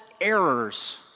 errors